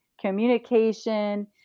communication